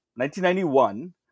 1991